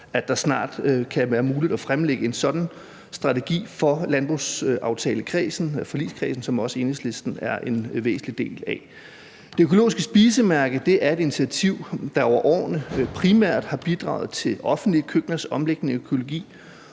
at det snart kan være muligt at fremlægge en sådan strategi for i landbrugsaftalekredsen, altså forligskredsen, som også Enhedslisten er en væsentlig del af. Det Økologiske Spisemærke er et initiativ, der over årene primært har bidraget til offentlige køkkeners omlægning til økologi,